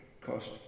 cost